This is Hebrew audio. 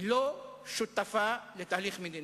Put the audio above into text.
לא שותפה לתהליך המדיני.